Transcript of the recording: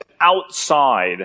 outside